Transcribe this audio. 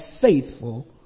faithful